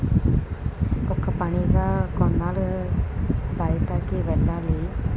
ఒక పనిగా కొన్నాళ్ళు బయటకి వెళ్ళాలి